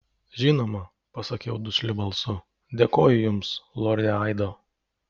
žinoma pasakiau dusliu balsu dėkoju jums lorde aido